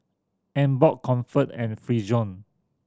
Emborg Comfort and Frixion